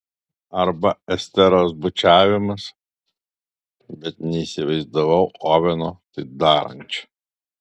arba esteros bučiavimas bet neįsivaizdavau oveno tai darančio